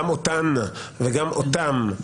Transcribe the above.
גם אותן וגם אותם.